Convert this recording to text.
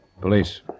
Police